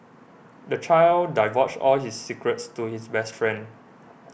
the child divulged all his secrets to his best friend